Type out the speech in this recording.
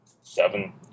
seven